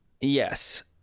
Yes